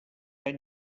any